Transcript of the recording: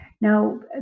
Now